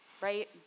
right